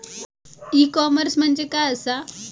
E commerce म्हणजे काय असा?